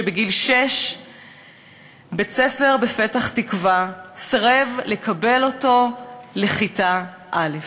שבגיל שש בית-ספר בפתח-תקווה סירב לקבל אותו לכיתה א'.